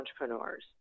entrepreneurs